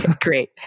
Great